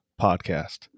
podcast